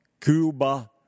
Cuba